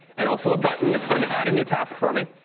and also a button that's going to add a new task for me.